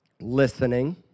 Listening